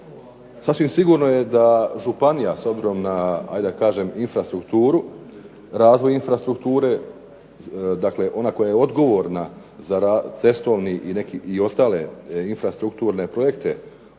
Sasvim sigurno je da županija s obzirom na hajde da kažem infrastrukturu, razvoj infrastrukture, dakle ona koja je odgovorna za cestovni i ostale infrastrukturne projekte